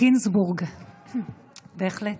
יעלה